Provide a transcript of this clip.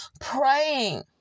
praying